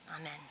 Amen